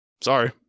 Sorry